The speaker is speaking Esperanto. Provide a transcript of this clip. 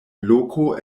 bloko